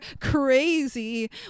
crazy